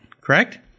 correct